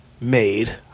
made